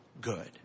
good